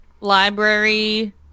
library